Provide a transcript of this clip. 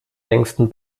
längsten